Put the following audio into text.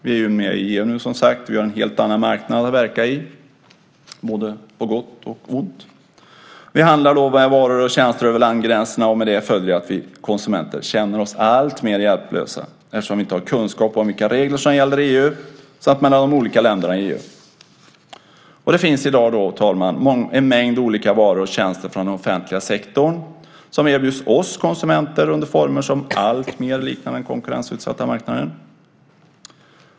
Vi är som sagt nu med i EU och har en helt annan marknad att verka i både på gott och ont. Vi handlar med varor och tjänster över landgränserna. Med det följer att vi konsumenter känner oss alltmer hjälplösa eftersom vi inte har kunskap om vilka regler som gäller i EU samt mellan de olika länderna i EU. Fru talman! Det finns i dag en mängd olika varor och tjänster från den offentliga sektorn som erbjuds oss konsumenter under former som alltmer liknar den konkurrensutsatta marknaden.